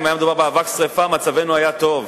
אם היה מדובר באבק שרפה, מצבנו היה טוב.